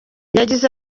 yagize